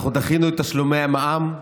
דחינו את תשלומי המע"מ.